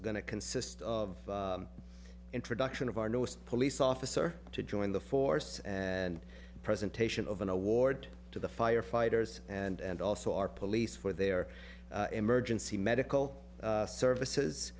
going to consist of introduction of our newest police officer to join the force and presentation of an award to the firefighters and also our police for their emergency medical services